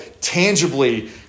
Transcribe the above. tangibly